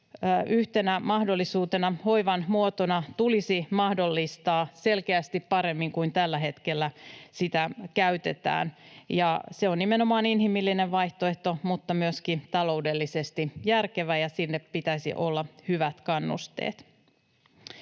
yhtenä mahdollisena hoivan muotona tulisi mahdollistaa selkeästi paremmin kuin tällä hetkellä sitä käytetään. Se on nimenomaan inhimillinen vaihtoehto mutta myöskin taloudellisesti järkevä, ja sille pitäisi olla hyvät kannusteet.